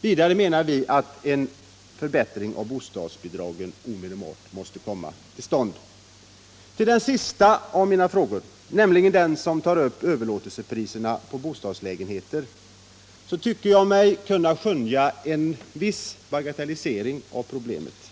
Vidare menar vi att en förbättring av bostadsbidragen omedelbart måste komma till stånd. Beträffande den sista av mina frågor, nämligen den som tar upp överlåtelsepriserna på bostadslägenheter, tycker jag mig kunna skönja en viss vilja till bagatellisering av problemet,